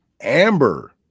Amber